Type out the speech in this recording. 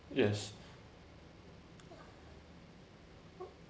yes